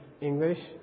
English